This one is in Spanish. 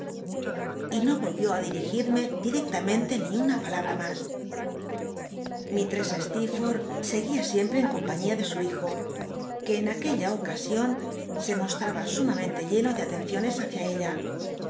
y no volvió á dirigirme directamen te ni una palabra mas mislress sleerforth seguía siempr e en compañia de su hijo que en aquella ocasion se mostraba sumamente lleno de atenciones hácia ella